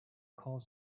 calls